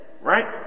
Right